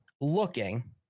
looking